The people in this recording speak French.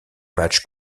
matchs